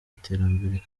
iterambere